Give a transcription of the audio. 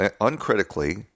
uncritically